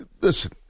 Listen